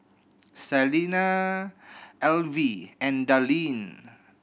Salina Elvie and Darlene